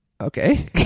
Okay